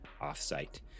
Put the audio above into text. off-site